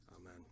amen